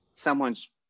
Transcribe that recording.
Someone's